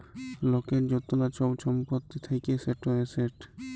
লকের য্তলা ছব ছম্পত্তি থ্যাকে সেট এসেট